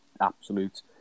absolute